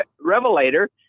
revelator